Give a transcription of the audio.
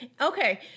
Okay